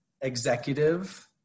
executive